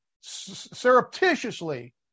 surreptitiously